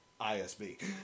ISB